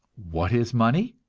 what is money?